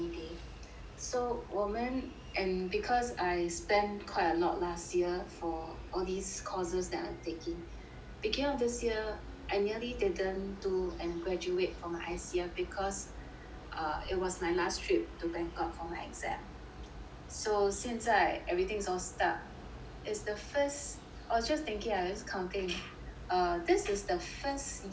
so 我们 and because I spend quite a lot last year for all these courses that I'm taking beginning of this year and nearly didn't do and graduate from I_C_F cause err it was my last trip to bangkok for my exam so 现在 everything's all stuck it's the first I will just thinking this kind of thing err this is the first year